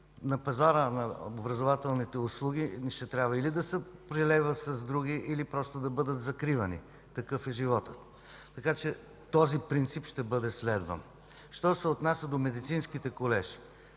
на пазара на образователните услуги, ще трябва или да се прилепват с други или да бъдат закривани. Такъв е животът. Този принцип ще бъде следван. Що се отнася до медицинските колежи,